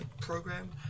program